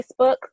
facebook